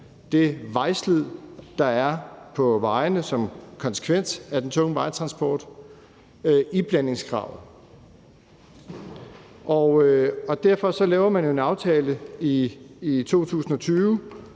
det vejslid, der er på vejene som konsekvens af den tunge vejtransport, iblandingskravet. Og derfor laver man en aftale i 2020,